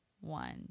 one